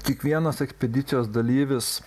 kiekvienas ekspedicijos dalyvis